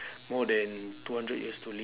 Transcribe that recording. more than two hundred years to liv~